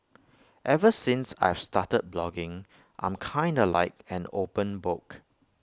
ever since I've started blogging I'm kinda like an open book